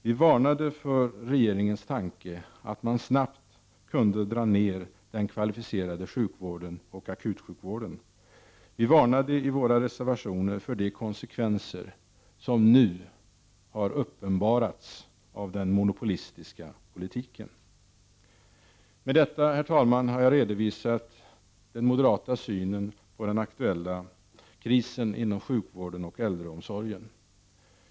Vi varnade för regeringens tanke att man snabbt kunde dra ner den kvalificerade sjukvården och akutsjukvården. Vi varnade i våra reservationer för de konsekvenser av den monopolistiska politiken som nu har uppenbarats. Herr talman! Med detta har jag redovisat den moderata synen på den aktuella krisen inom sjukvården och äldreomsorgen.